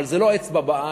אבל זה לא אצבע בעין,